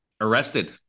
arrested